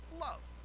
love